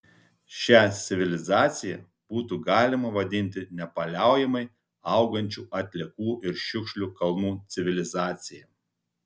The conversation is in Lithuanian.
šią civilizaciją būtų galima vadinti nepaliaujamai augančių atliekų ir šiukšlių kalnų civilizacija